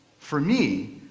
for me,